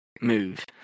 move